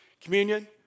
communion